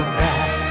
back